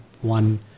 one